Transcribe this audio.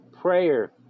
Prayer